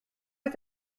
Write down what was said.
est